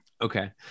okay